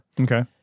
Okay